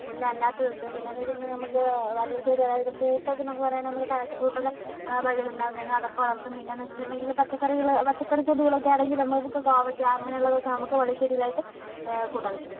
മുല്ല അല്ലാത്തതുണ്ട് പിന്നെയെന്ന് വെച്ചിട്ടുണ്ടെങ്കിൽ നമുക്ക് വള്ളിച്ചെടി അതായത് ഫ്രൂട്ടൊക്കെ നമുക്ക് പറയാകയാണെങ്കിൽ നമ്മൾ ഫാഷൻ ഫ്രൂട്ടൊക്കെ വള്ളിയിലുണ്ടാകുന്നത് ആണ് അതൊക്കെ വളർത്തും പിന്നെയെന്ന് വെച്ചിട്ടുണ്ടെങ്കിൽ പച്ചക്കറികൾ പച്ചക്കറി ചെടികളൊക്കെയാണെങ്കിൽ നമുക്ക് കോവക്ക അങ്ങനെയുള്ളതൊക്കെ നമുക്ക് വള്ളിച്ചെടികളായിട്ട് കൂട്ടാൻ പറ്റും